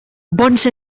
bons